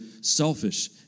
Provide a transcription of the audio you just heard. selfish